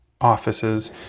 offices